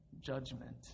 judgment